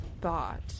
thought